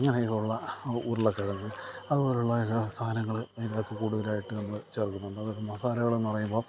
അങ്ങനെയൊക്കെയുള്ള ഉരുളക്കിഴങ്ങ് അതുപോലുള്ള എല്ലാ സാധനങ്ങള് അതിന്റകത്ത് കൂടുതലായിട്ട് നമ്മള് ചേർക്കുന്നുണ്ട് അത് മസാലകളെന്നു പറയുമ്പോള്